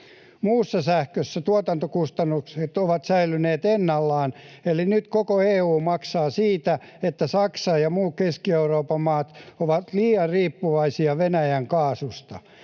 Muussa sähkössä tuotantokustannukset ovat säilyneet ennallaan, eli nyt koko EU maksaa siitä, että Saksa ja muut Keski-Euroopan maat ovat liian riippuvaisia Venäjän kaasusta